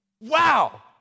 wow